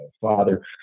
father